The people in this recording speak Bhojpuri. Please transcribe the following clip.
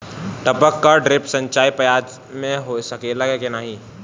टपक या ड्रिप सिंचाई प्याज में हो सकेला की नाही?